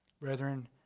Brethren